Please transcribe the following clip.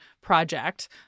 project